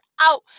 out